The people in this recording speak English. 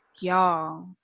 y'all